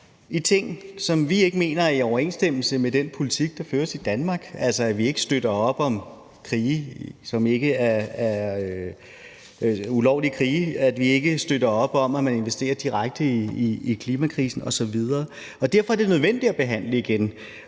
er ting, som vi ikke mener er i overensstemmelse med den politik, der føres i Danmark, altså at vi ikke bakker op om ulovlige krige, at vi ikke bakker op om, at man investerer direkte i klimakrisen osv., og derfor er det nødvendigt at behandle sagen